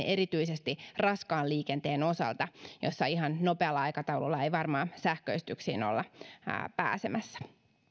erityisesti raskaan liikenteen osalta missä ihan nopealla aikataululla ei varmaan sähköistyksiin olla pääsemässä